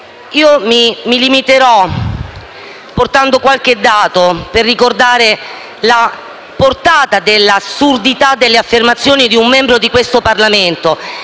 Mi limiterò a citare qualche dato per ricordare la portata dell'assurdità delle affermazioni di un membro di questo Parlamento.